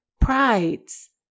Prides